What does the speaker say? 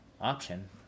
option